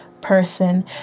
person